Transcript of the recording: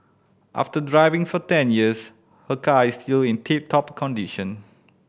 after driving for ten years her car is still in tip top condition